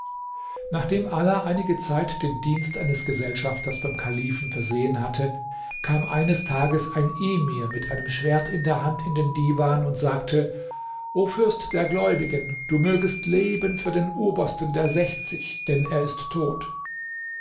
nachdem ala einige zeit den dienst eines gesellschafters beim kalifen versehen hatte kam eines tages ein emir mit einem schwert in der hand in den divan und sagte o fürst der gläubigen du mögest leben für den obersten der sechzig denn er ist tot